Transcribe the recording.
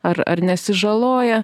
ar ar nesižaloja